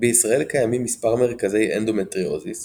בישראל קיימים מספר מרכזי אנדומטריוזיס